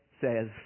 says